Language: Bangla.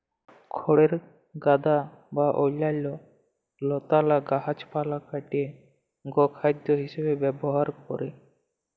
খড়ের গাদা বা অইল্যাল্য লতালা গাহাচপালহা কাইটে গখাইদ্য হিঁসাবে ব্যাভার ক্যরে